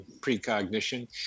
precognition